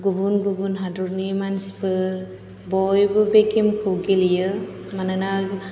गुबुन गुबुन हादरनि मानसिफोर बयबो बे गेम खौ गेलेयो मानोना